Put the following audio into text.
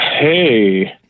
Hey